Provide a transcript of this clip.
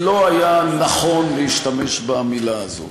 אני חושב שלא היה נכון להשתמש במילה הזאת.